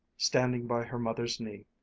standing by her mother's knee,